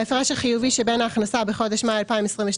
ההפרש החיובי שבין ההכנסה בחודש מאי 2022,